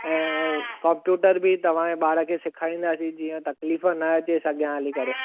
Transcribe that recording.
ऐं कंप्यूटर बि तव्हांजे ॿार खे सेखारींदासीं जीअं तकलीफ़ न अचेसि अॻियां हली करे